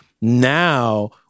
now